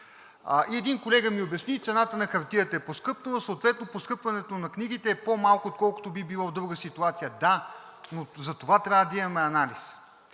и един колега ми обясни, че цената на хартията е поскъпнала и съответно поскъпването на книгите е по-малко, отколкото би било в друга ситуация. Да, но затова трябва да имаме анализ.